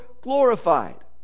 glorified